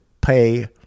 pay